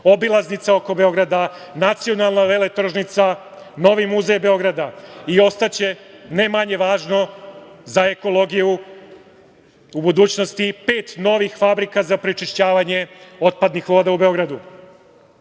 obilaznica oko Beograda, nacionalna veletržnica, novi Muzej Beograda i ostaće, ne manje važno za ekologiju, u budućnosti i pet novih fabrika za prečišćavanje otpadnih voda u Beogradu. Iza